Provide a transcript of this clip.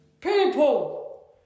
People